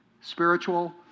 Spiritual